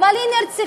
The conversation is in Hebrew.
אבל היא נרצחה,